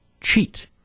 cheat